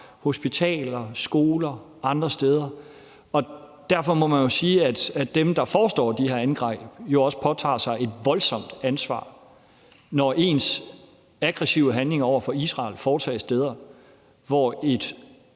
hospitaler, skoler og andre steder. Derfor må man jo sige, at dem, der forestår de her angreb, også påtager sig et voldsomt ansvar, altså når ens aggressive handlinger over for Israel foretages fra steder, hvor et